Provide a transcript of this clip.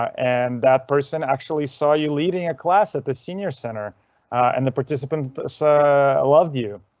and that person actually saw you leading a class at the senior center and the participants ah loved you.